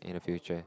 in the future